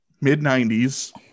mid-90s